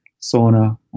sauna